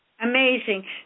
Amazing